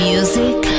Music